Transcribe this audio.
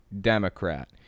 Democrat